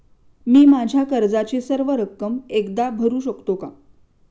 मी माझ्या कर्जाची सर्व रक्कम एकदा भरू शकतो का?